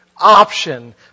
option